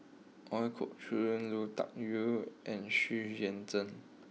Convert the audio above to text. Ooi Kok Chuen Lui Tuck Yew and Xu Yuan Zhen